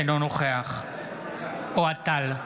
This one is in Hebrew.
אינו נוכח אוהד טל,